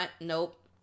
nope